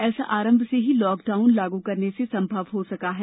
ऐसा आरंभ में ही लॉकडाउन लागू करने से संभव हो सका है